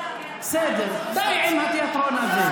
בסדר, די עם התיאטרון הזה.